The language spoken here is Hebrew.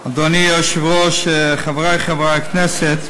אדוני היושב-ראש, חברי חברי הכנסת,